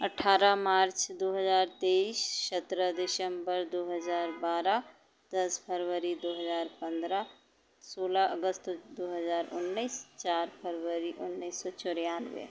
अट्ठारह मार्च दो हज़ार तेईस सत्रह दिशम्बर दो हज़ार बारह दस फरवरी दो हज़ार पन्द्रह सोलह अगस्त दो हज़ार उन्नीस चार फरवरी उन्नीस सौ चौरानवे